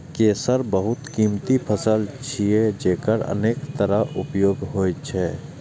केसर बहुत कीमती फसल छियै, जेकर अनेक तरहक उपयोग होइ छै